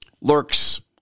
lurks